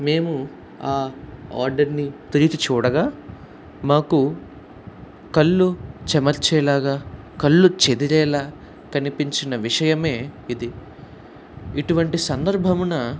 మేము ఆ ఆర్డర్ని తెరిచి చూడగా మాకు కళ్ళు చెమర్చేలాగా కళ్ళు చెదిరేలాగా కనిపించిన విషయమే ఇది ఇటువంటి సందర్భమున